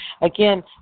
Again